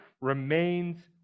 remains